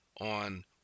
on